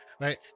right